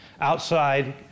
outside